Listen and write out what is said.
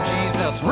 Jesus